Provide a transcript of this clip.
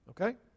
Okay